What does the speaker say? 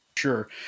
sure